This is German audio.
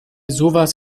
sowas